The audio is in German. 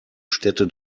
städte